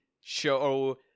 show